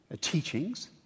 teachings